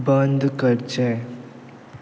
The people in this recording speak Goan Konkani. बंद करचें